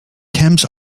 thames